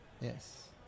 Yes